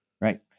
Right